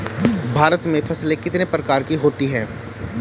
भारत में फसलें कितने प्रकार की होती हैं?